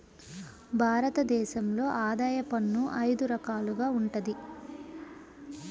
భారత దేశంలో ఆదాయ పన్ను అయిదు రకాలుగా వుంటది